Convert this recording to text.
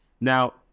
Now